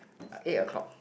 eight o-clock